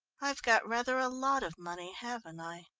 i've got rather a lot of money, haven't i?